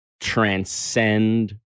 transcend